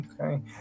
Okay